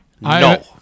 No